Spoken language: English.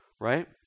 Right